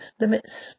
limits